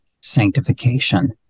sanctification